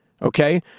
Okay